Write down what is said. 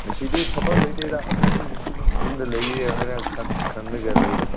ꯉꯁꯤꯗꯤ ꯊꯕꯛ ꯂꯩꯇꯦꯗ ꯑꯗꯨꯝ ꯌꯨꯝꯗ ꯂꯩꯒꯦ ꯍꯥꯏꯅ ꯈꯜꯂꯒ ꯂꯩꯗ